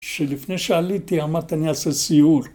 ‫שלפני שעליתי אמרתי ‫אני אעשה סיור.